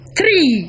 Three